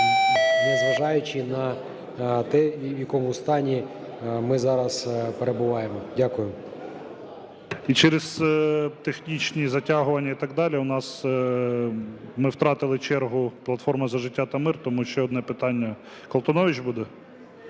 незважаючи на те, в якому стані ми зараз перебуваємо. Дякую. ГОЛОВУЮЧИЙ. І через технічні затягування і так далі ми втратили чергу, "Платформа за життя та мир". Тому ще одне питання, Колтунович буде?